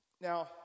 Now